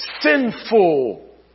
Sinful